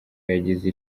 yagize